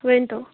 ؤنۍ تَو